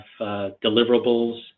deliverables